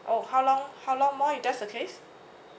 oh how long how long more if that's the case